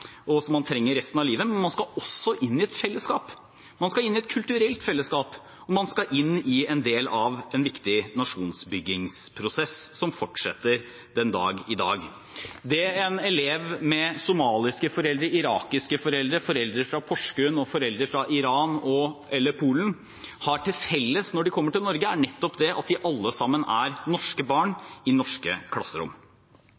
resten av livet, men man skal også inn i et fellesskap. Man skal inn i et kulturelt fellesskap, og man skal inn i en del av en viktig nasjonsbyggingsprosess, som fortsetter den dag i dag. Det som elever med somaliske foreldre, irakiske foreldre, foreldre fra Porsgrunn, foreldre fra Iran eller fra Polen har til felles når de kommer til Norge, er nettopp at de alle sammen er norske